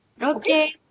Okay